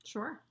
Sure